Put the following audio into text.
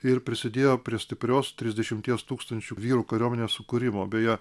ir prisidėjo prie stiprios trisdešimties tūkstančių vyrų kariuomenės sukūrimo beje